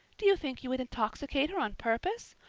do you think you would intoxicate her on purpose?